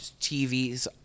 tvs